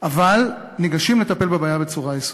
אבל ניגשים לטפל בבעיה בצורה יסודית.